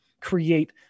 create